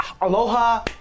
Aloha